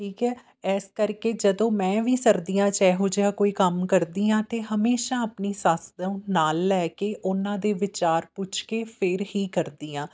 ਠੀਕ ਹੈ ਇਸ ਕਰਕੇ ਜਦੋਂ ਮੈਂ ਵੀ ਸਰਦੀਆਂ 'ਚ ਇਹੋ ਜਿਹਾ ਕੋਈ ਕੰਮ ਕਰਦੀ ਹਾਂ ਤਾਂ ਹਮੇਸ਼ਾ ਆਪਣੀ ਸੱਸ ਨੂੰ ਨਾਲ ਲੈ ਕੇ ਉਹਨਾਂ ਦੇ ਵਿਚਾਰ ਪੁੱਛ ਕੇ ਫਿਰ ਹੀ ਕਰਦੀ ਹਾਂ